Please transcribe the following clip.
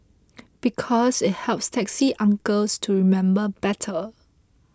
because it helps taxi uncles to remember better